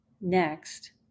next